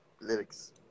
lyrics